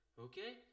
Okay